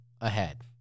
ahead